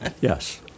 Yes